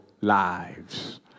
lives